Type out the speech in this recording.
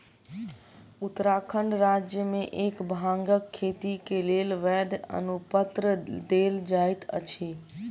उत्तराखंड राज्य मे भांगक खेती के लेल वैध अनुपत्र देल जाइत अछि